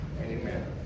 Amen